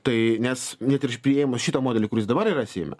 tai nes net ir priėmus šitą modelį kuris dabar yra seime